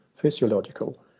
physiological